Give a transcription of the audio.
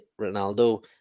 Ronaldo